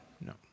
No